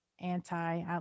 anti